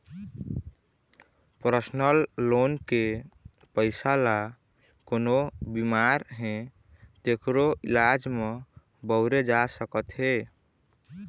personal loan के पइसा ल कोनो बेमार हे तेखरो इलाज म बउरे जा सकत हे